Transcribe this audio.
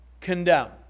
condemned